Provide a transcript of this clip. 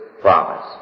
promise